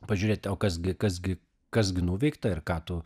pažiūrėti o kas gi kas gi kas gi nuveikta ir ką tu